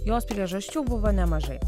jos priežasčių buvo nemažai